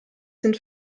sind